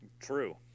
true